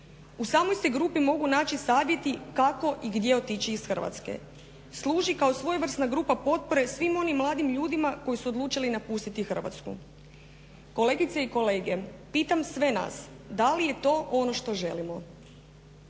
U samoj se grupi mogu naći savjeti kako i gdje otići iz Hrvatske. Služi kao svojevrsna grupa potpore svim onim mladim ljudima koji su odlučili napustiti Hrvatsku. Kolegice i kolege pitam sve nas da li je to ono što želimo?